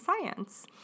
science